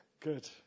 Good